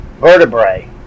vertebrae